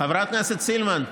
חברת הכנסת סילמן,